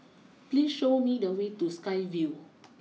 please show me the way to Sky Vue